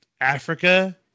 Africa